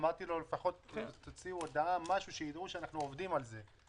אמרתי לו: תוציאו הודעה שיראו שאנו עובדים על זה.